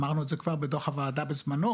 אמרנו את זה כבר בדוח הוועדה בזמנו,